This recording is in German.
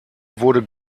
wurde